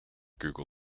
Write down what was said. google